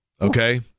okay